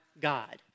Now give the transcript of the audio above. God